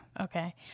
Okay